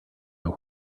know